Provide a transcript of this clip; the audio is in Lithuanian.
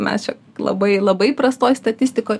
mes čia labai labai prastoj statistikoj